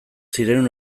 ziren